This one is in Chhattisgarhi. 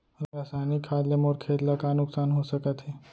रसायनिक खाद ले मोर खेत ला का नुकसान हो सकत हे?